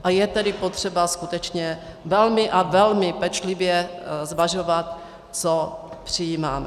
A je tedy potřeba skutečně velmi a velmi pečlivě zvažovat, co přijímáme.